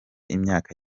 imyaka